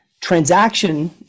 Transaction